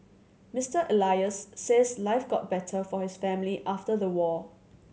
Mister Elias says life got better for his family after the war